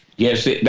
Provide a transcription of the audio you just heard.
Yes